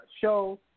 show